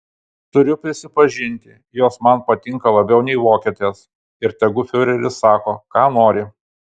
turiu prisipažinti jos man patinka labiau nei vokietės ir tegu fiureris sako ką nori